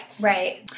Right